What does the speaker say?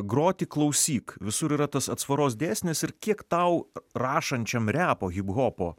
groti klausyk visur yra tas atsvaros dėsnis ir kiek tau rašančiam repo hiphopo